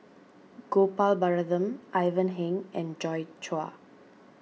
Gopal Baratham Ivan Heng and Joi Chua